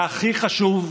והכי חשוב,